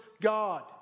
God